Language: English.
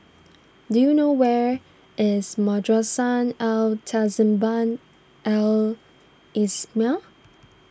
do you know where is Madrasah Al Tahzibiah Al Islamiah